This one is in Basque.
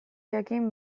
jakin